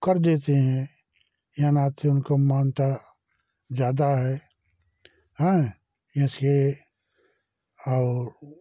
कर देते हैं यह नाते उनको मानता ज़्यादा है हैं ऐसे और